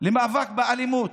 למאבק באלימות.